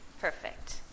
Perfect